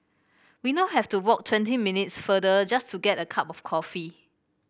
we now have to walk twenty minutes farther just to get a cup of coffee